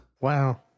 Wow